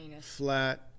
flat